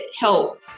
help